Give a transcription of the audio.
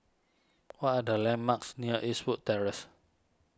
what are the landmarks near Eastwood Terrace